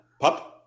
Pup